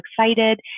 excited